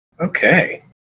Okay